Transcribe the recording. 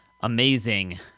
amazing